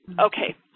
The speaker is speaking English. okay